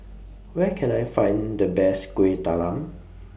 Where Can I Find The Best Kuih Talam